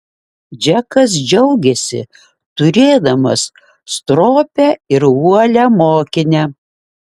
džekas džiaugėsi turėdamas stropią ir uolią mokinę